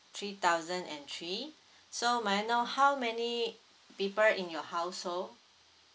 three thousand and three so may I know how many people in your household